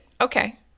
okay